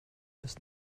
des